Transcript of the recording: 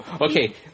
okay